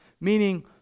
Meaning